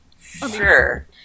sure